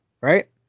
right